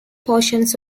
portions